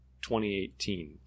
2018